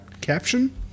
caption